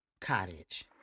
cottage